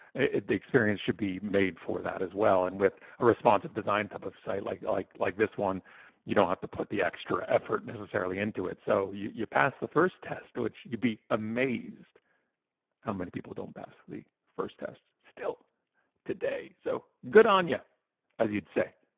the experience should be made for that as well. and with a responsive design type of site like like like this one you don't have to put the extra effort necessarily into it. so you you passed the first test, which you'd be amazed how many people don't pass the first test still today. so good on ya as you'd say,